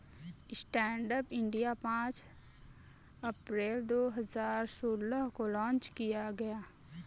stand up India पांच अप्रैल दो हजार सोलह को लॉन्च किया गया